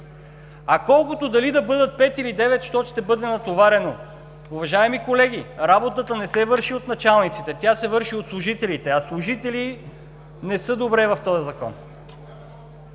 и концепции. Дали да бъдат пет, или девет, защото ще бъде натоварено? Уважаеми колеги, работата не се върши от началниците, тя се върши от служителите. А служителите не са добре в този Закон.